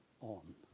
on